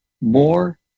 more